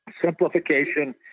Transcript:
simplification